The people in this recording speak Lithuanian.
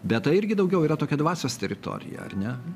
bet tai irgi daugiau yra tokia dvasios teritorija ar ne